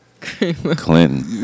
Clinton